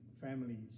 families